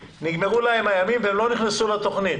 הם לא נכנסו לתוכנית.